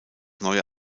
neue